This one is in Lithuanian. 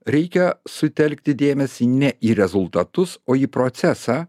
reikia sutelkti dėmesį ne į rezultatus o į procesą